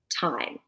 time